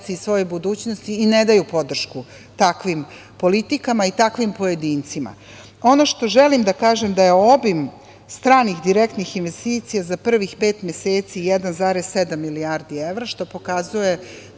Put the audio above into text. svojoj budućnosti i ne daju podršku takvim politikama i takvim pojedincima. Ono što želim da kažem da je obim stranih direktnih investicija za prvih pet meseci 1,7 milijardi evra, što pokazuje